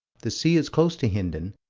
the sea is close to hindon,